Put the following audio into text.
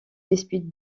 dispute